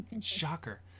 shocker